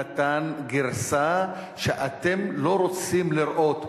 הוא לא פישל, הוא נתן גרסה שאתם לא רוצים לראות.